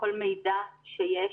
כל מידע שיש,